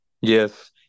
Yes